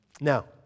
Now